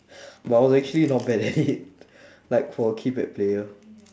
but I was actually not bad leh like for a keypad player